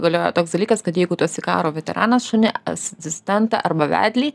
galiojo toks dalykas kad jeigu tu esi karo veteranas šunį asistentą arba vedlį